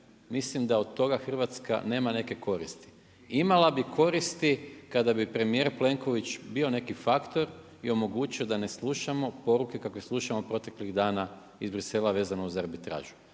mislim da od toga Hrvatska nema neke koristi. Imala bi koristi kada bi premijer Plenković bio neki faktor i omogućio da ne slušamo poruke kakve slušamo proteklih dana iz Bruxellesa vezano uz arbitražu.